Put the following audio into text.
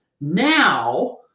now